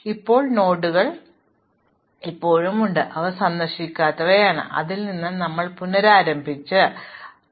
ഇപ്പോൾ നോഡുകൾ ഇപ്പോഴും ഉണ്ട് അവ സന്ദർശിക്കാത്തവയാണ് അവയിലൊന്നിൽ നിന്ന് ഞങ്ങൾ പുനരാരംഭിച്ച് മുന്നോട്ട് പോകുന്നു